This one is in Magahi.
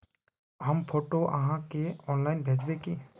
हम फोटो आहाँ के ऑनलाइन भेजबे की?